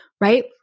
right